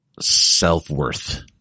self-worth